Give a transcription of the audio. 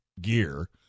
gear